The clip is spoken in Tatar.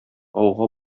ауга